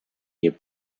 nie